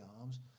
arms